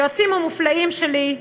היועצים המופלאים שלי: